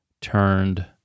turned